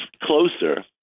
closer